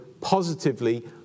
positively